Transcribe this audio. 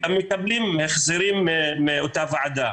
וגם מקבלים החזרים מאותה ועדה.